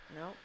No